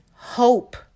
hope